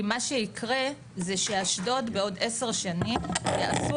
כי מה שיקרה זה שאשדוד בעוד עשר שנים יעשו